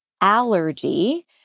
allergy